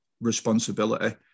Responsibility